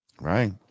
Right